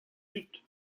dud